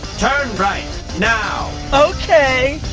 turn right now. okay.